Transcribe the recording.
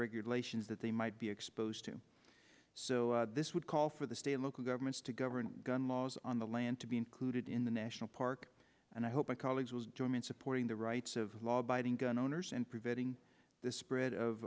regulations that they might be exposed to so this would call for the state and local governments to govern gun laws on the land to be included in the national park and i hope my colleagues will join me in supporting the rights of law abiding gun owners and preventing the spread of